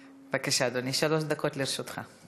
בבקשה, אדוני, שלוש דקות לרשותך.